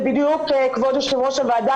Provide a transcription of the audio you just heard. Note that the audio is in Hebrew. זה בדיוק כבוד יו"ר הוועדה,